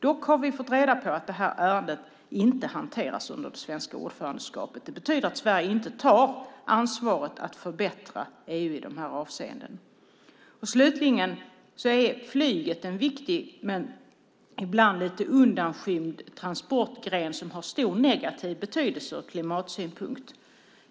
Dock har vi fått reda på att det här ärendet inte hanteras under det svenska ordförandeskapet. Det betyder att Sverige inte tar ansvaret för att förbättra EU i de här avseendena. Slutligen är flyget en viktig men ibland lite undanskymd transportgren som har stor negativ betydelse ur klimatsynpunkt.